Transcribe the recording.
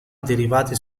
derivati